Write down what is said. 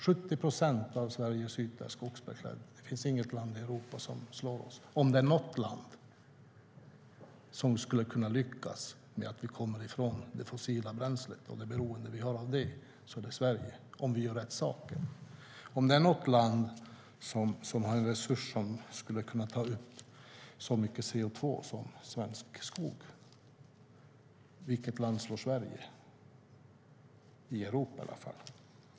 Av Sveriges yta är 70 procent skogsbeklädd. Det finns inget land i Europa som slår oss. Om det är något land som skulle kunna lyckas att komma ifrån det fossila bränslet och det beroende vi har av det så är det Sverige, om vi gör rätt saker. Är det är något land som har en resurs som skulle kunna ta upp så mycket CO2 som svensk skog? Vilket land slår Sverige, i varje fall i Europa?